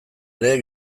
ere